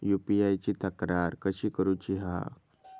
UPI ची तक्रार कशी करुची हा?